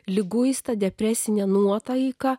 liguista depresinė nuotaika